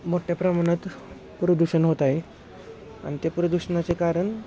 मोठ्या प्रमाणात प्रदूषण होत आहे आणि ते प्रदूषणाचे कारण